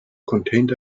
contained